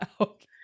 Okay